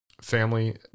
family